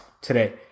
today